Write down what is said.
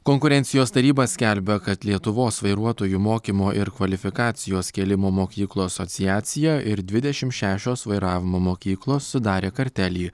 konkurencijos taryba skelbia kad lietuvos vairuotojų mokymo ir kvalifikacijos kėlimo mokyklų asociacija ir dvidešim šešios vairavimo mokyklos sudarė kartelį